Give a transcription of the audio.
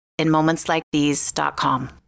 InMomentsLikeThese.com